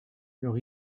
leur